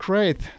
Great